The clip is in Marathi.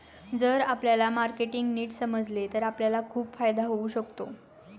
जर आपल्याला मार्केटिंग नीट समजले तर आपल्याला खूप फायदा होऊ शकतो